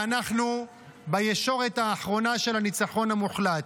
ואנחנו בישורת האחרונה של הניצחון המוחלט.